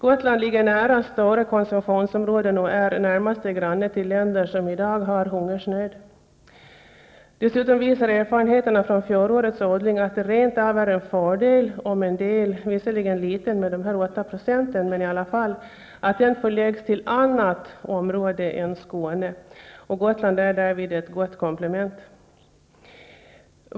Gotland ligger nära stora konsumtionsområden och är närmaste granne till länder som i dag har hungersnöd. Dessutom visar erfarenheterna från fjolårets odling att det rent av är en fördel om en del, visserligen liten med 8 %, förläggs till annat område än Skåne. Gotland är därvid ett gott komplement.